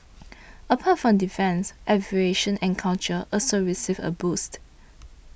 apart from defence aviation and culture also received a boost